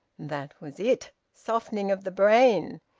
that was it! softening of the brain!